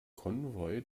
konvoi